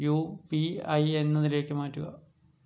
U P I എന്നതിലേക്ക് മാറ്റുക